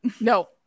No